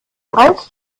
eins